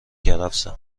کرفسه